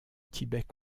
tibet